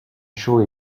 chaud